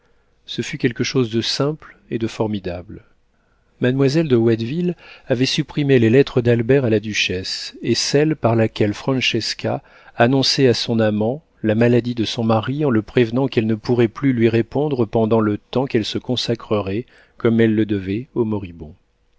ce fut quelque chose de simple et de formidable mademoiselle de watteville avait supprimé les lettres d'albert à la duchesse et celle par laquelle francesca annonçait à son amant la maladie de son mari en le prévenant qu'elle ne pourrait plus lui répondre pendant le temps qu'elle se consacrerait comme elle le devait